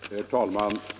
Herr talman!